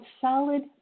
solid